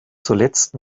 zuletzt